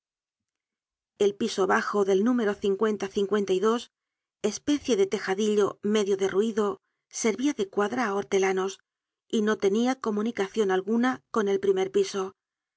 el piso bajo del número especie de tejadillo medio derruido servia de cuadra á hortelanos y no tenia comunicacion alguna con el primer piso